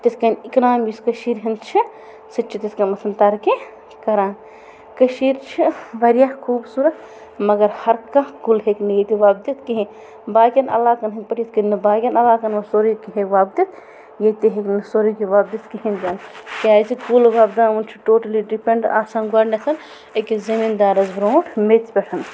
تِتھ کٔنۍ اَکنام یُس کٔشیٖرِ ہنٛد چھُ سُہ تہِ چھُ تِتھ کٔنٮ۪تھن ترقی کَران کٔشیٖر چھِ واریاہ خوبصوٗرت مگر ہر کانٛہہ کُل ہٮ۪کہِ نہٕ ییٚتہِ وۄپدِتھ کِہیٖنۍ باقین علاقن ہُند پٲٹھۍ یِتھ نہِ باقین علاقن اوس سورُے کِہیٖنۍ وۄپدِتھ ییٚتہِ تہِ ہیکہِ نہٕ سورُے کینٛہہ وۄپدِتھ کِہیٖنۍ تہِ نہٕ کیازِ کُل وۄپدِاوُن چھُ ٹوٹلی ڈِپینٛڈ آسان گۄڈنیتھ أکِس زٔمیٖندارَس برونٛٹھ میٚژِ پٮ۪ٹھ